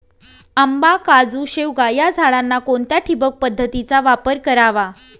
आंबा, काजू, शेवगा या झाडांना कोणत्या ठिबक पद्धतीचा वापर करावा?